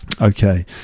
okay